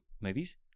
movies